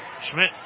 Schmidt